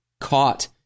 caught